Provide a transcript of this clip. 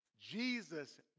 Jesus